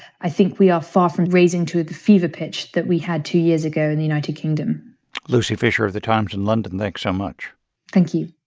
i think we are far from raising to the fever pitch that we had two years ago in the united kingdom lucy fisher of the times in london, thanks so um much thank you